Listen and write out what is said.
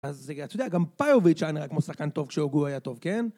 אז את יודעת, גם פאיוביץ' היה נראה כמו שחקן טוב כשהוגו היה טוב, כן?